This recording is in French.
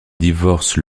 divorce